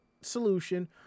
solution